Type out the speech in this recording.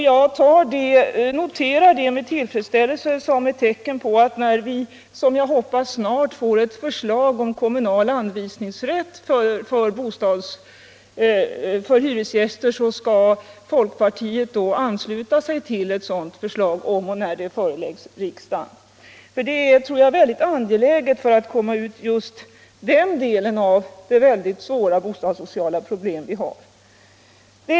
Jag ser det uttalandet som ett tecken på att när det, som jag hoppas, snart kommer ett förslag om kommunal anvisningsrätt för hyresgäster, så skall folkpartiet ansluta sig till det förslaget. Jag tror nämligen att det är mycket angeläget att vi får en sådan lag, om vi skall kunna klara just den delen av det bostadssociala problem som nu finns.